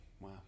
Wow